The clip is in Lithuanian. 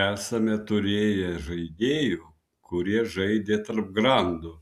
esame turėję žaidėjų kurie žaidė tarp grandų